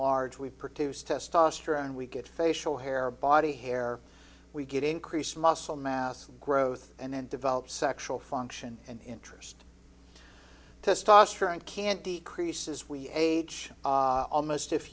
large we produce testosterone we get facial hair body hair we get increased muscle mass growth and develop sexual function and interest testosterone can decrease as we age almost if